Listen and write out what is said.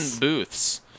booths